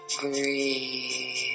Breathe